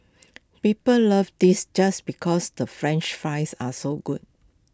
people love this just because the French fries are so good